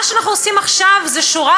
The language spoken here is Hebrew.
מה שאנחנו עושים עכשיו זה שורה,